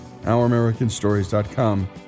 OurAmericanStories.com